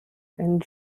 and